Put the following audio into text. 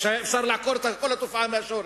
כשאפשר היה לעקור את כל התופעה מהשורש.